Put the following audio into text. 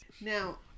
Now